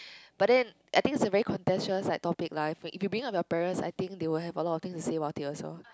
but then I think it's a very conscientious like topic lah if you bring up your parents I think they will have a lot of things to say about it also